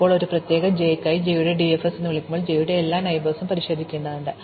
ഇപ്പോൾ ഒരു പ്രത്യേക j യ്ക്കായി j യുടെ DFS എന്ന് വിളിക്കുമ്പോൾ j യുടെ എല്ലാ അയൽവാസികളെയും പരിശോധിക്കേണ്ടതുണ്ട്